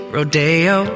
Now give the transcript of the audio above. Rodeo